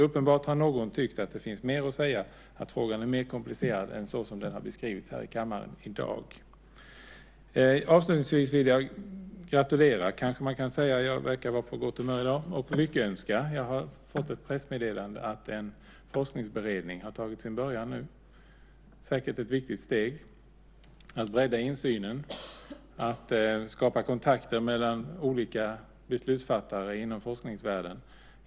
Uppenbarligen har någon tyckt att det finns mer att säga och att frågan är mer komplicerad än så som den har beskrivits här i kammaren i dag. Avslutningsvis vill jag gratulera, kanske man kan säga - jag verkar vara på gott humör i dag - och lyckönska. Jag har fått ett pressmeddelande om att en forskningsberedning har tagit sin början nu. Det är säkert ett viktigt steg för att bredda insynen och skapa kontakter mellan olika beslutsfattare inom forskningsvärlden.